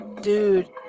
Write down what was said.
Dude